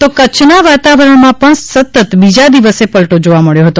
તો કચ્છના વાતાવરણમાં પણ સતત બીજા દિવસે પલટો જોવા મળ્યો હતો